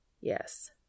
Yes